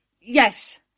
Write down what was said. yes